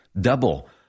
Double